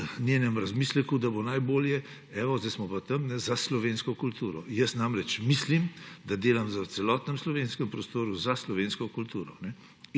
njenem razmisleku, da bo najbolje – evo, zdaj smo pa tam – za slovensko kulturo. Namreč mislim, da delam v celotnem slovenskem prostoru za slovensko kulturo.